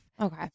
Okay